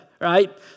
right